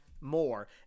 more